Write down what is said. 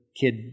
kid